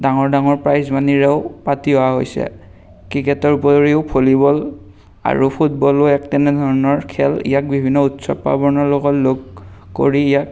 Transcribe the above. ডাঙৰ ডাঙৰ প্ৰাইজমণিৰেও পাতি অহা হৈছে ক্ৰিকেটৰ উপৰিও ভলিবল আৰু ফুটবলো এক তেনে ধৰণৰ খেল ইয়াক বিভিন্ন উৎসৱ পাৰ্বণৰ লগত লগ কৰি ইয়াক